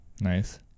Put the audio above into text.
nice